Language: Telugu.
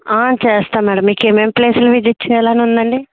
చేస్తా మ్యాడం మీకు ఏమేమి ప్లేస్లు విజిట్ చేయాలని ఉందండి